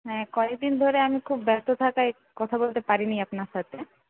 হ্যাঁ কয়েক দিন ধরে আমি খুব ব্যস্ত থাকায় কথা বলতে পারিনি আপনার সঙ্গে